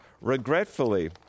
regretfully